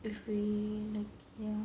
if we like ya